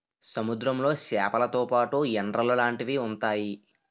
సముద్రంలో సేపలతో పాటు ఎండ్రలు లాంటివి ఉంతాయి